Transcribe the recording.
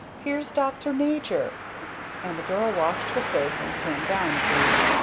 here's dr. major and the girl washed her face and came down again.